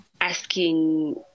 asking